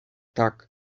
tak